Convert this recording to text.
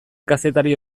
kazetari